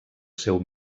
seu